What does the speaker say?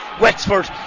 Wexford